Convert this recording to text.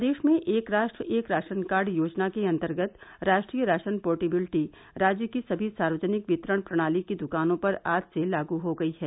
प्रदेश में एक राष्ट्र एक राशन कार्ड योजना के अंतर्गत राष्ट्रीय राशन पोर्टिबिलिटी राज्य की सभी सार्वजनिक वितरण प्रणाली की दुकानों पर आज से लागू हो गई है